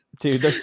Dude